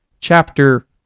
chapter